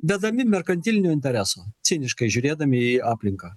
vedami merkantilinio intereso ciniškai žiūrėdami į aplinką